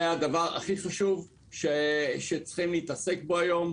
זה הדבר הכי חשוב שצריך לעסוק בו היום.